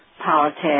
politics